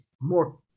more